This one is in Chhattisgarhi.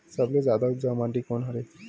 सबले जादा उपजाऊ माटी कोन हरे?